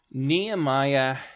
Nehemiah